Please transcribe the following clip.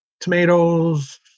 tomatoes